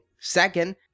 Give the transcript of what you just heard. Second